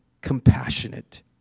compassionate